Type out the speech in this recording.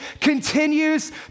continues